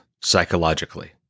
psychologically